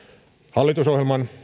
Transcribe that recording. hallitusohjelman